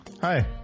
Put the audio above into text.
hi